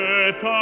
Earth